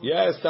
Yes